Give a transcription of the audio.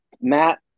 Matt